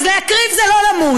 אז להקריב זה לא למות,